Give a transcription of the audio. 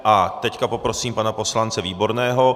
A teď poprosím pana poslance Výborného.